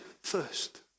first